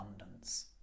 abundance